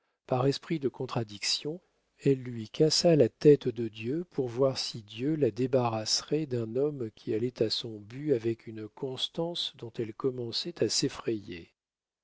par esprit de contradiction elle lui cassa la tête de dieu pour voir si dieu la débarrasserait d'un homme qui allait à son but avec une constance dont elle commençait à s'effrayer